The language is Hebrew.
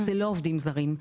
זה לא עובדים זרים,